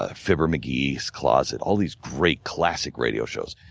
ah fibber mcgee's closet, all these great, classic radio shows.